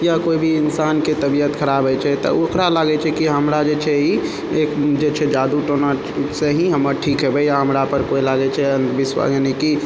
या कोइ भी इंसानके तबियत खराब होइ छै तऽ ओकरा लागय छै कि हमरा जे छै ई जे जे छै जादू टोनासँ ही हमर ठीक हेबय हमरापर कोइ लागय छै अन्धविश्वास यानि कि